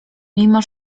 mimo